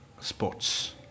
sports